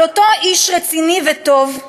אבל אותו איש רציני וטוב,